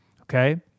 okay